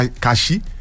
Kashi